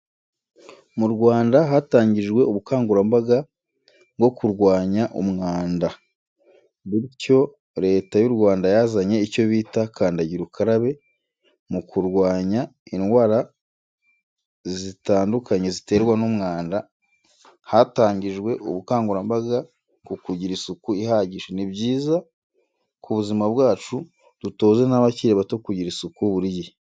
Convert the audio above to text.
Mu Rwanda hatangijwe ubukangurambaga byo kurwanya umwanda bityo leta y'u Rwanda yazanye icyo bita kandagira ukarabe mukurwanya indwara zitandukanye ziterwa n'umwanda hatangijwe ubukangurambaga kukugira isuku ihagije nibyiza k'ubuzima bwacu dutoze n'abakiri bato kugira isuku buri gihe.